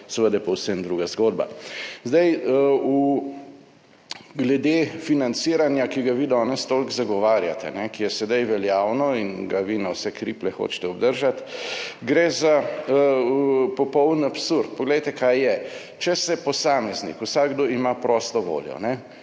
seveda povsem druga zgodba. Zdaj, glede financiranja, ki ga vi danes toliko zagovarjate, ki je sedaj veljavno in ga vi na vse kriplje hočete obdržati, gre za popoln absurd. Poglejte kaj je. Če se posameznik, vsakdo ima prosto voljo,